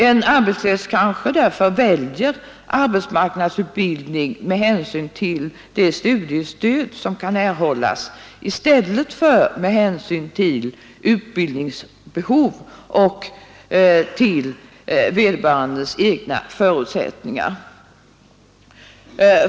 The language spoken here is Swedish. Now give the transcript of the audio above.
En arbetslös kanske därför väljer arbetsmarknadsutbildning med hänsyn till det studiestöd som kan erhållas i stället för med hänsyn till utbildningsbehovet och till vederbörandes egna förutsättningar.